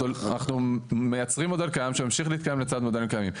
אנחנו מייצרים מודל קיים שימשיך להתקיים לצד מודלים קיימים.